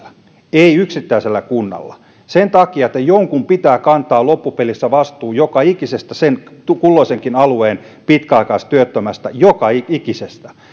ei yksittäisellä kunnalla sen takia että jonkun pitää kantaa loppupelissä vastuu joka ikisestä sen kulloisenkin alueen pitkäaikaistyöttömästä joka ikisestä